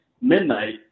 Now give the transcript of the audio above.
midnight